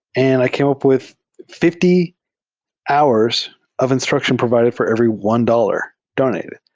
and i came up with fifty hours of instruction provided for every one dollars donated.